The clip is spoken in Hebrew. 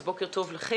אז בוקר טוב לכם,